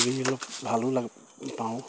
ঘূৰি অলপ ভালো লাগে পাওঁ